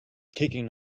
kicking